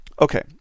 Okay